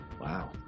Wow